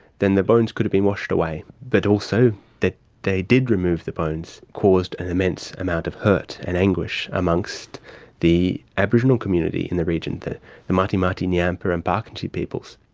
then the bones could have been washed away, but also that they did remove the bones caused an immense amount of hurt and anguish amongst the aboriginal community in the region, the the mutthi mutthi, ngyiampaa and paakantji peoples,